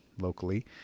locally